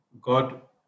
God